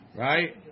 right